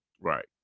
Right